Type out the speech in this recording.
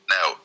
Now